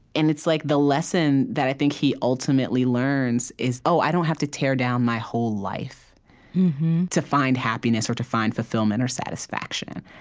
and it's like the lesson that i think he ultimately learns is, oh, i don't have to tear down my whole life to find happiness or to find fulfillment or satisfaction.